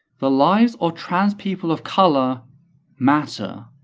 the lives of trans people of colour matter.